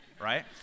right